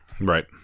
Right